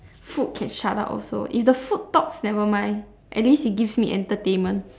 food can shut up also if the food talks never mind at least it gives me entertainment